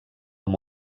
amb